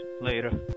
later